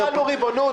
לא החלנו ריבונות?